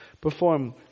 perform